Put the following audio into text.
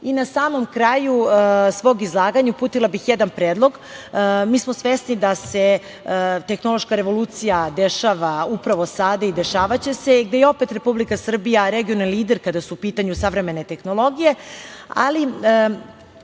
samom kraju svog izlaganja, uputila bih jedan predlog. Mi smo svesni da se tehnološka revolucija dešava upravo sada i dešavaće se i gde je opet Republika Srbija regionalni lider kada su u pitanju savremene tehnologije, ali